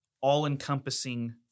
all-encompassing